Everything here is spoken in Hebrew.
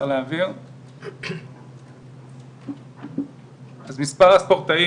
מספר הספורטאים,